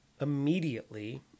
Immediately